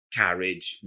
carriage